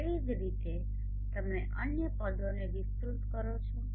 તેવી જ રીતે તમે અન્ય પદોને વિસ્તૃત કરો છો